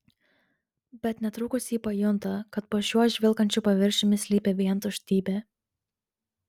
bet netrukus ji pajunta kad po šiuo žvilgančiu paviršiumi slypi vien tuštybė